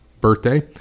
Birthday